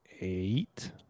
eight